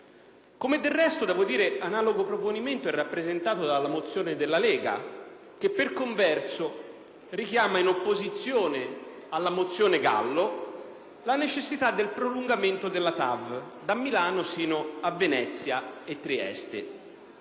Come del resto, devo dire, analogo proponimento è rappresentato dalla mozione della Lega che, per converso, richiama in opposizione alla mozione Gallo la necessità del prolungamento della TAV da Milano sino a Venezia e Trieste.